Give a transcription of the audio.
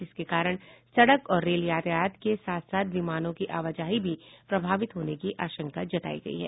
जिसके कारण सड़क और रेल यातायात के साथ साथ विमानों की आवाजाही भी प्रभावित होने की आशंका जतायी गयी है